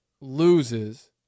loses